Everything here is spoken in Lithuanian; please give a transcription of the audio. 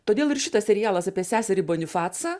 todėl ir šitas serialas apie seserį bonifacą